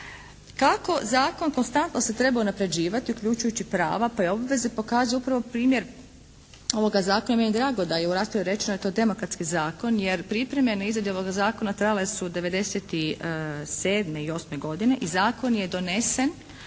Kako zakon konstantno se treba unapređivati, uključujući prava pa i obveze pokazuje upravo primjer ovoga zakona i meni je drago da je u raspravi rečeno da je to demokratski zakon jer pripreme na izradi ovoga zakona trajale su od '97. i osme godine i zakon je donesen